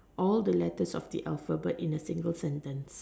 all the letters of the Alphabet but in a single sentence